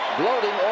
gloating,